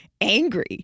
angry